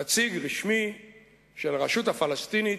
נציג רשמי של הרשות הפלסטינית,